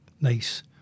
nice